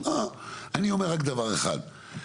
אני אומר דבר אחד,